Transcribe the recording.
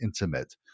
intimate